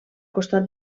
costat